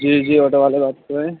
جی جی آٹو والے بات کر رہے ہیں